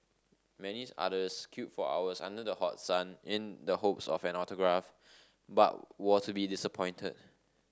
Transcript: many others queued for hours under the hot sun in the hopes of an autograph but were to be disappointed